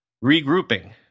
regrouping